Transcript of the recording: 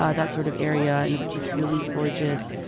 ah that sort of area. and it's this really gorgeous,